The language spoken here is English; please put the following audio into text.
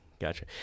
Gotcha